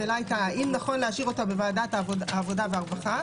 השאלה היתה האם נכון להשאיר אותה בוועדת העבודה והרווחה,